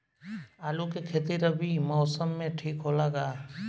आलू के खेती रबी मौसम में ठीक होला का?